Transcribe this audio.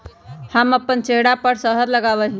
हम अपन चेहरवा पर शहद लगावा ही